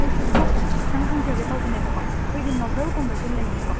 ꯑꯩꯁꯦ ꯕꯨꯛ ꯈꯤꯇꯪ ꯍꯪꯖꯒꯦ ꯇꯧꯕꯅꯦꯀꯣ ꯑꯩꯈꯣꯏꯒꯤ ꯅꯣꯕꯦꯜꯒꯨꯝꯕꯁꯦ ꯂꯩꯅꯤꯀꯣ